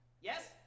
Yes